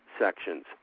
sections